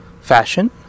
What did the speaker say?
fashion